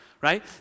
right